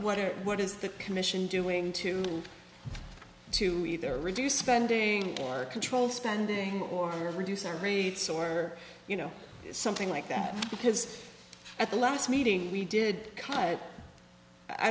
what are what is the commission doing to to either reduce spending or are control spending or reduce our rates or you know something like that because at the last meeting we did cut i